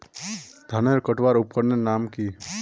धानेर कटवार उपकरनेर नाम की?